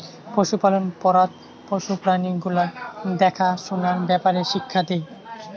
পশুপালন পড়াত পশু প্রাণী গুলার দ্যাখা সুনার ব্যাপারে শিক্ষা দেই